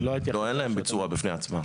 אין להם כסף הם לא עושים כבישים.